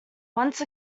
once